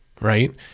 right